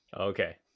Okay